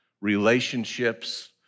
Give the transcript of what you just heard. relationships